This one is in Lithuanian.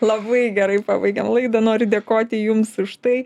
labai gerai pabaigėm laidą noriu dėkoti jums už tai